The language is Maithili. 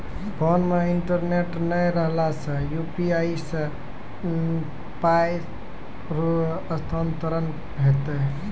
फोन मे इंटरनेट नै रहला सॅ, यु.पी.आई सॅ पाय स्थानांतरण हेतै?